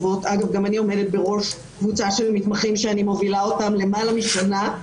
אני עומדת בראש קבוצה של מתמחים שאני מובילה למעלה משנה,